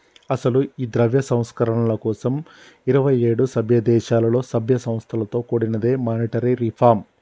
అసలు ఈ ద్రవ్య సంస్కరణల కోసం ఇరువైఏడు సభ్య దేశాలలో సభ్య సంస్థలతో కూడినదే మానిటరీ రిఫార్మ్